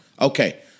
Okay